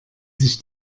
sich